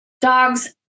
dogs